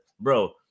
bro